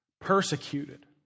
persecuted